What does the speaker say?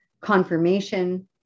confirmation